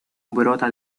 brota